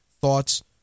thoughts